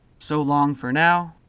so long for now,